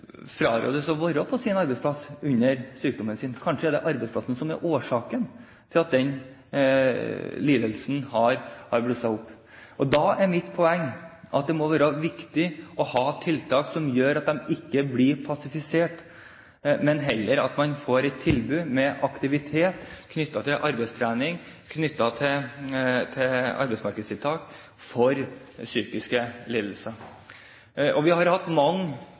frarådes å være på sin arbeidsplass under sykdommen sin. Kanskje er det arbeidsplassen som er årsaken til at lidelsen har blusset opp. Da er det mitt poeng at det må være viktig å ha tiltak som gjør at de ikke blir passivisert, men at man heller får et tilbud med aktivitet knyttet til arbeidstrening, knyttet til arbeidsmarkedstiltak for psykiske lidelser. Vi har hatt mange